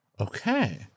Okay